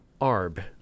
Arb